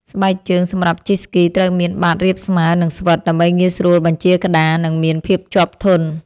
ស្បែកជើងសម្រាប់ជិះស្គី ត្រូវមានបាតរាបស្មើ និងស្វិត ដើម្បីងាយស្រួលបញ្ជាក្ដារ និងមានភាពជាប់ធន់។